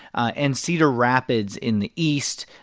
and cedar rapids in the east.